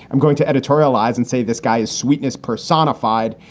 i'm going to editorialize and say this guy is sweetness personified.